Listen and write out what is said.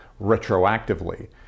retroactively